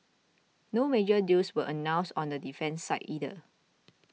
no major deals were announced on the defence side either